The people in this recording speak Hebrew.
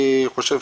אני חושב